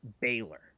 Baylor